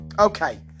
okay